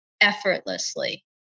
effortlessly